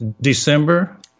December